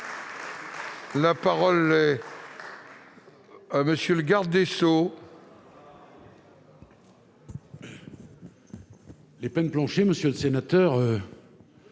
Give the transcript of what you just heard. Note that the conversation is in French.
La parole est à M. le garde des sceaux. Les peines planchers, monsieur le sénateur,